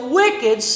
wicked